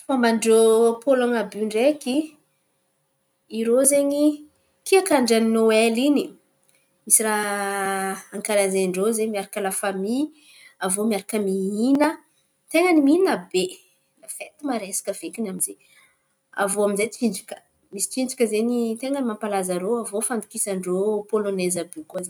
Fomban-drô Pôlônina àby iô ndraiky, irô zen̈y kaiky andra ny nôel iny, misy raha ankalazan-drô miaraka amin’ny la famia. Avô miaraka mihin̈a, ten̈a ny mihin̈a be. Fety maresaka fekiny amy ze. Avô amy zay tsinjaka, misy tsinjaka mampalaza irô. Avô fandokisan-drô pôlôneizy àby iô koa ze.